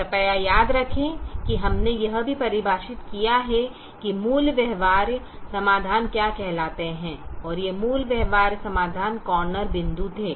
कृपया याद रखें कि हमने यह भी परिभाषित किया है कि मूल व्यवहार्य समाधान क्या कहलाते हैं और ये मूल व्यवहार्य समाधान कॉर्नर बिंदु थे